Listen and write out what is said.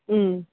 మ్మ్